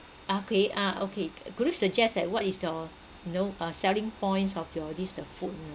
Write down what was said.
okay ah okay could you suggest like what is your you know uh selling points of your this the food you know